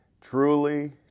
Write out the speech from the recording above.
Truly